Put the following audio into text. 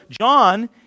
John